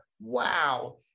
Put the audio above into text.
wow